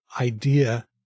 idea